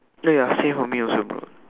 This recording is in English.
ya ya same for me also bro